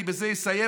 אני בזה אסיים,